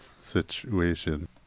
situation